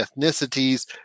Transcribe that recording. ethnicities